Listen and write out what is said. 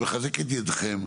ומחזק את ידיכם,